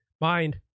mind